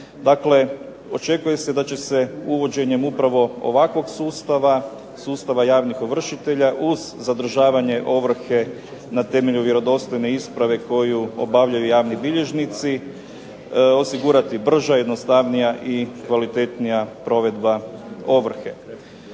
Dakle, očekuje se da će se uvođenjem upravo ovakvog sustava, sustava javnih ovršitelja, uz zadržavanje ovrhe na temelju vjerodostojne isprave koju obavljaju javni bilježnici osigurati brža, jednostavnija i kvalitetnija provedbe ovrhe.